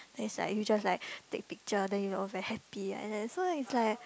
then is like you just like take picture then you look very happy like that so is like